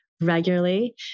regularly